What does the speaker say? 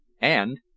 and—